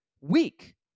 weak